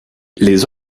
les